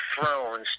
Thrones